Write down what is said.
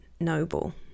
noble